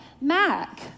Mac